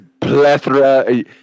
plethora